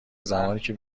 زمانیکه